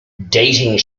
dating